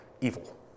evil